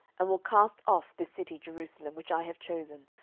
and will cast off this city jerusalem which i have chosen,